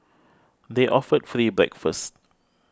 they offered free breakfast